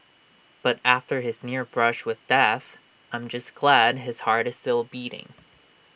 but after his near brush with death I'm just glad his heart is still beating